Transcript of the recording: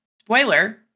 spoiler